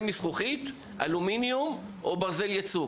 מזכוכית או אלומיניום או ברזל יצוק.